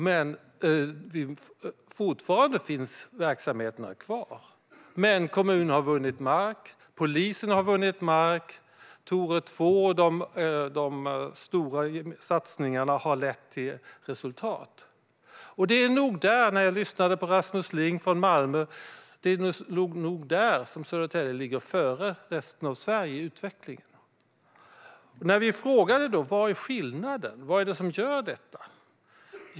Verksamheterna finns kvar, men kommunen och polisen har vunnit mark. Den stora satsningen Tore II har gett resultat. Det är nog där, insåg jag när jag lyssnade på Rasmus Ling från Malmö, som Södertälje ligger före resten av Sverige i utvecklingen. Vi frågade vad skillnaden är, vad det är som gör detta.